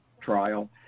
trial